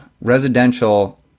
residential